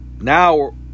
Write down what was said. now